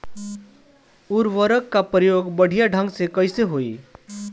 उर्वरक क प्रयोग बढ़िया ढंग से कईसे होई?